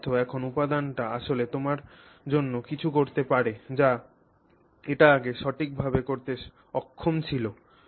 এর অর্থ এখন উপাদানটি আসলে তোমার জন্য কিছু করতে পারে যা এটি আগে সঠিকভাবে করতে অক্ষম ছিল